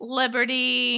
liberty